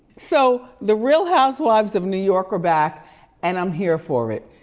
so the real housewives of new york are back and i'm here for it.